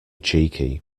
cheeky